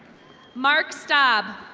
mark stab.